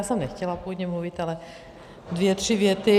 Já jsem nechtěla původně mluvit, ale dvě tři věty.